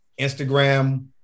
Instagram